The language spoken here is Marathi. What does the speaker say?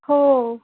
हो